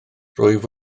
rwyf